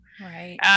right